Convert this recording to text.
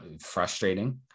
frustrating